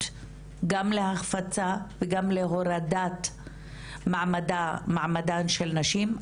גם להחפצה וגם להורדת מעמדן של נשים.